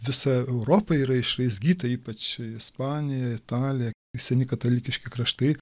visa europa yra išraizgyta ypač ispanija italija seni katalikiški kraštai